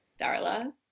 Darla